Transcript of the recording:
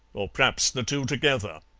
or p'r'aps the two together.